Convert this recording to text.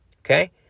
okay